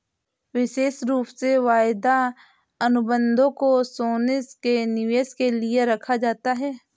विशेष रूप से वायदा अनुबन्धों को सोने के निवेश के लिये रखा जाता है